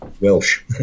Welsh